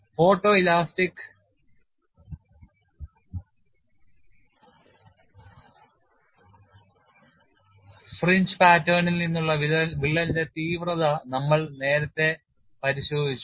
photoelastic fringe പാറ്റേണിൽ നിന്നുള്ള വിള്ളലിന്റെ തീവ്രത നമ്മൾ നേരത്തെ പരിശോധിച്ചു